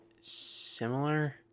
similar